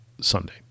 Sunday